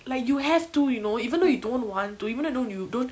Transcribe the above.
like you have to you know even though you don't want to even though you don't